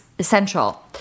essential